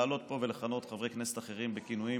לעלות לפה ולכנות חברי כנסת אחרים בכינויים